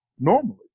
normally